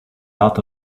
out